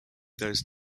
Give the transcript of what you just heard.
those